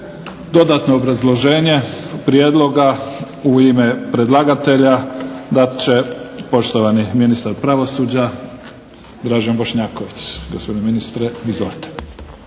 Dodatno obrazloženje prijedloga u ime predlagatelja dat će poštovani ministar pravosuđa Dražen Bošnjaković. Gospodine ministre, izvolite.